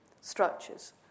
structures